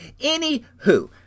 anywho